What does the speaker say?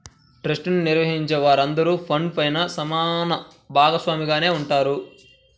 trust ని నిర్వహించే వారందరూ ఫండ్ పైన సమాన భాగస్వామిగానే ఉంటారు